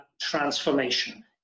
transformation